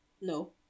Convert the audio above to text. no